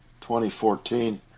2014